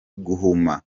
guhuma